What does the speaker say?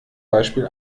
beispiel